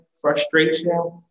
frustration